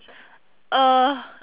uh